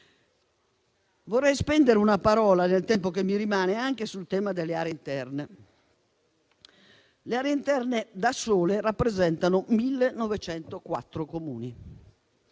Vorrei spendere una parola, nel tempo che mi rimane, anche sul tema delle aree interne. Le aree interne, da sole, rappresentano 1.904 Comuni.